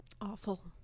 awful